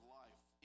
life